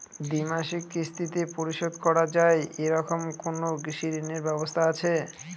দ্বিমাসিক কিস্তিতে পরিশোধ করা য়ায় এরকম কোনো কৃষি ঋণের ব্যবস্থা আছে?